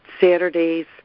Saturdays